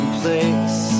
place